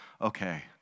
okay